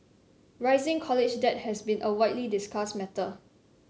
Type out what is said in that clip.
rising college debt has been a widely discussed matter